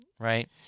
Right